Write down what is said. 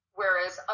whereas